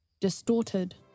distorted